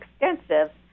extensive